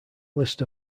list